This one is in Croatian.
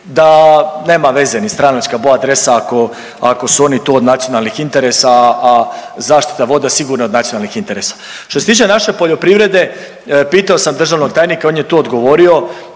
da nema veze ni stranačka boja dresa ako su oni to od nacionalnih interesa, a zaštita voda je sigurno od nacionalnih interesa. Što se tiče naše poljoprivrede, pitao sam državnog tajnika on je tu odgovorio